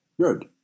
Good